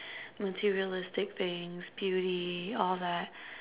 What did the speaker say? materialistic things beauty all that